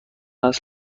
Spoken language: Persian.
است